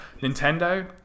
Nintendo